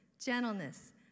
gentleness